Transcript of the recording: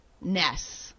ness